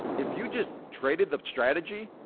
if you just traded the strategy.